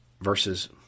versus